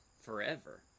forever